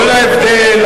כל ההבדל,